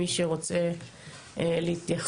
מי שרוצה להתייחס.